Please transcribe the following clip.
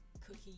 cookie